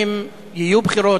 האם יהיו בחירות,